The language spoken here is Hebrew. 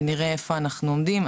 ונראה איפה אנחנו עומדים.